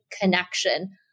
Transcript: connection